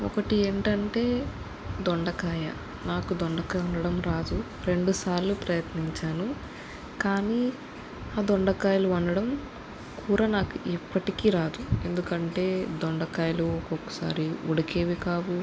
ఒకటి ఏంటంటే దొండకాయ నాకు దొండకాయ వండడవం రాదు రెండు సార్లు ప్రయత్నించాను కానీ ఆ దొండకాయలు వండడం కూర నాకు ఇప్పటికీ రాదు ఎందుకంటే దొండకాయలు ఒకొక్కసారి ఉడికేవి కావు